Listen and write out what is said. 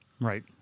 right